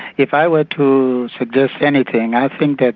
if i were to suggest anything, i think that